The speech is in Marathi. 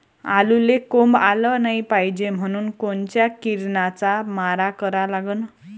आलूले कोंब आलं नाई पायजे म्हनून कोनच्या किरनाचा मारा करा लागते?